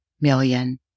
million